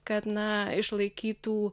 kad na išlaikytų